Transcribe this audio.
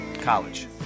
College